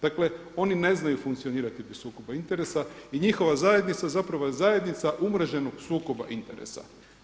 Dakle, oni ne znaju funkcionirati bez sukoba interesa i njihova zajednica zapravo je zajednica umreženog sukoba interesa.